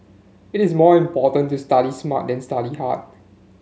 it is more important to study smart than study hard